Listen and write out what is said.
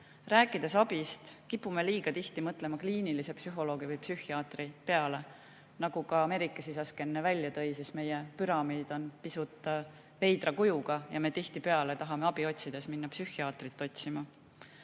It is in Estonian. Rääkides abist, kipume liiga tihti mõtlema kliinilise psühholoogi või psühhiaatri peale. Nagu ka Merike Sisask enne välja tõi, meie püramiid on pisut veidra kujuga ja me tihtipeale tahame abi otsides minna psühhiaatrit otsima.